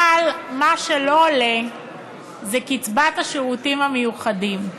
אבל מה שלא עולה זה קצבת שירותים מיוחדים.